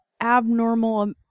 abnormal